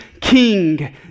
King